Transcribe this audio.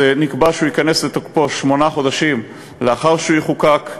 נקבע שהוא ייכנס לתוקפו שמונה חודשים לאחר שהוא יחוקק,